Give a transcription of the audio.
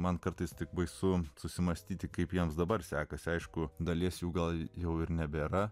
man kartais tik baisu susimąstyti kaip jiems dabar sekasi aišku dalies jų gal jau ir nebėra